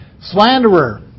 Slanderer